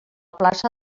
plaça